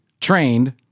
trained